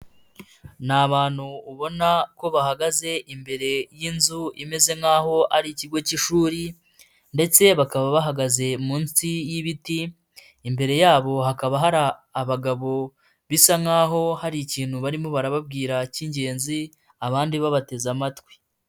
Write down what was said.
Ni abantu ubona ko bahagaze imbere y'inzu imeze nkaho ari ikigo cy'ishuri ndetse bakaba bahagaze munsi y'ibiti, imbere yabo hakaba hari abagabo bisa nkaho hari ikintu barimo barababwira cy'ingenzi, abandi babateze amatwi.